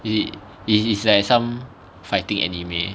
it it is like some fighting anime